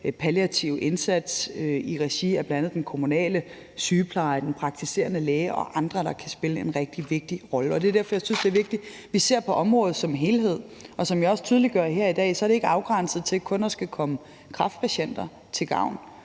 palliative indsats i regi af bl.a. den kommunale sygepleje, den praktiserende læge og andre, der kan spille en rigtig vigtig rolle. Det er derfor, jeg synes, det er vigtigt, at vi ser på området som helhed, og som jeg også tydeliggør her i dag, er det ikke afgrænset til kun at skulle komme kræftpatienter til gavn,